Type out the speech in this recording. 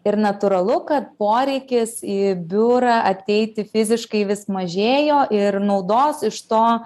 ir natūralu kad poreikis į biurą ateiti fiziškai vis mažėjo ir naudos iš to